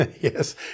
Yes